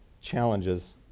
challenges